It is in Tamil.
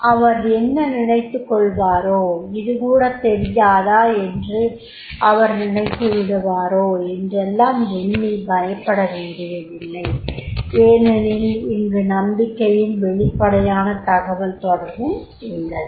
அவர் என்ன நினைத்துகொள்வாரோ இதுகூட தெரியாதா என்று அவர் நினைத்துவிடுவாரோ என்றெல்லாம் எண்ணி பயப்பட வேண்டியதில்லை ஏனெனில் இங்கு நம்பிக்கையும் வெளிப்படையான தகவல் தொடர்பும் உள்ளது